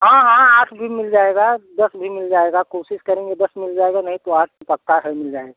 हाँ हाँ आठ भी मिल जाएगा दस भी मिल जाएगा कोशिश करेंगे दस मिल जाएगा नहीं तो आठ पक्का है मिल जाएँगे